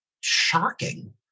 shocking